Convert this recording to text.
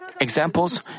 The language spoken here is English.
examples